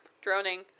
Droning